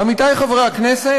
עמיתי חברי הכנסת,